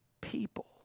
people